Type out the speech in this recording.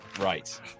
Right